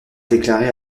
déclaré